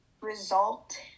result